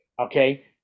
Okay